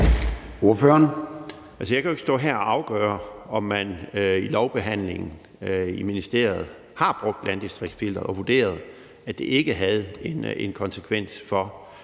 Jeg kan jo ikke stå her og afgøre, om man i lovbehandlingen i ministeriet har brugt landdistriktsfilteret og vurderet, at det ikke havde en konsekvens for